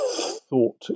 thought